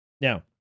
Now